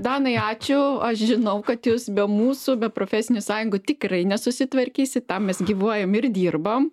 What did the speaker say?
danai ačiū aš žinau kad jūs be mūsų be profesinių sąjungų tikrai nesusitvarkysit tam mes gyvuojam ir dirbam